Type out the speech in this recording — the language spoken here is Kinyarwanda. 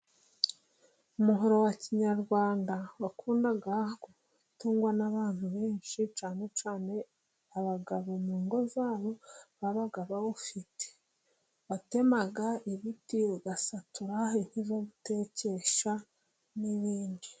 Umuhoro wa kinyarwanda wakundaga gutungwa n'abantu benshi, cyane cyane abagabo mu ngo zabo babaga bawufite, watemaga ibiti, ugasatura inkwi zo gutekesha n'ibindi.